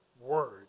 word